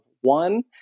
one